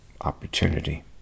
opportunity